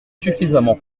suffisamment